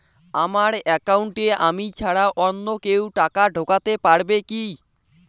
আমার একাউন্টে আমি ছাড়া অন্য কেউ টাকা ঢোকাতে পারবে কি?